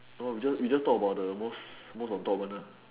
no we just we just talk about the most most on top one ah